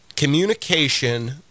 Communication